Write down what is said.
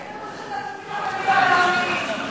הייתם עוזרים לעסקים הקטנים והבינוניים.